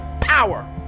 power